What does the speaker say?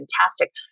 fantastic